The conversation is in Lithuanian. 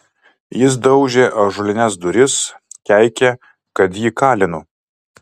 jis daužė ąžuolines duris keikė kad jį kalinu